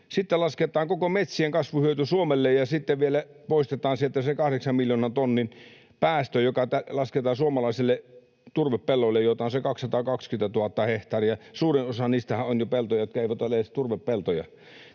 sitten lasketaan koko metsien kasvuhyöty Suomelle ja sitten vielä poistetaan sieltä se kahdeksan miljoonan tonnin päästö, joka lasketaan suomalaisille turvepelloille, joita on se 220 000 hehtaaria — suurin osahan niistä on jo peltoja, jotka eivät ole edes turvepeltoja